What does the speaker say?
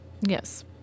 Yes